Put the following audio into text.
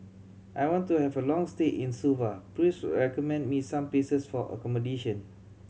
I want to have a long stay in Suva please recommend me some places for accommodation